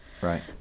right